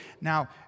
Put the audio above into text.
Now